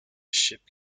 ship